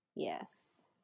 Yes